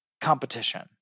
competition